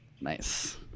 Nice